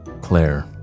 Claire